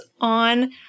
on